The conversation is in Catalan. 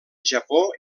japó